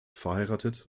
verheiratet